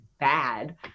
bad